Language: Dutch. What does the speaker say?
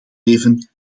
leven